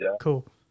cool